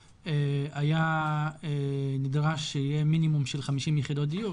היה נדרש שיהיה מינימום של 50 יחידות דיור,